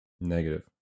Negative